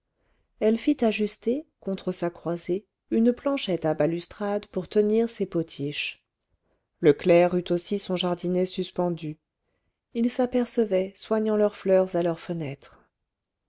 elle fit ajuster contre sa croisée une planchette à balustrade pour tenir ses potiches le clerc eut aussi son jardinet suspendu ils s'apercevaient soignant leurs fleurs à leur fenêtre